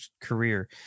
career